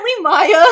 Maya